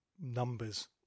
numbers